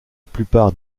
plupart